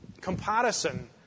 Comparison